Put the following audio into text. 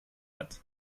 hat